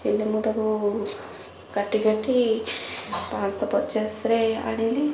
ହେଲେ ମୁଁ ତାକୁ କାଟି କାଟି ପାଞ୍ଚଶହ ପଚାଶରେ ଆଣିଲି